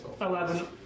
Eleven